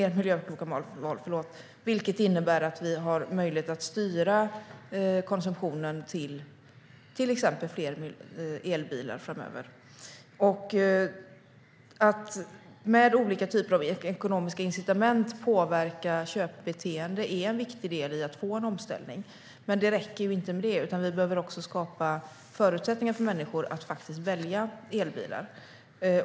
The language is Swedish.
Det innebär att vi har möjlighet att styra konsumtionen till exempelvis fler elbilar framöver. Att med olika typer av ekonomiska incitament påverka köpbeteende är en viktig del i att få en omställning. Men det räcker inte med det, utan vi behöver också skapa förutsättningar för människor att välja elbilar.